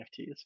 NFTs